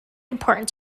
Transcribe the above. important